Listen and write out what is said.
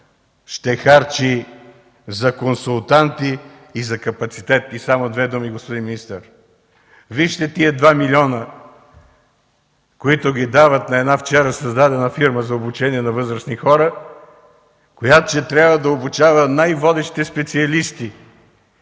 ще харчи за консултанти и за капацитет. Само две думи, господин министър. Вижте тези 2 милиона, които ги дават на една вчера създадена фирма за обучение на възрастни хора, която ще трябва да обучава най-водещите специалисти